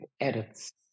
edits